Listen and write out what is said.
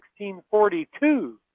1642